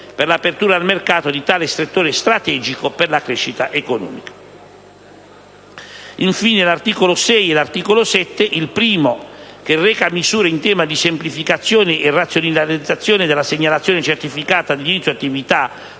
per l'apertura al mercato di tale settore strategico per la crescita economica; l'articolo 6, che reca misure in tema di semplificazione e razionalizzazione della segnalazione certificata di inizio attività, denuncia